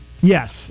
Yes